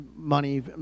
money